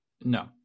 No